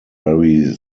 very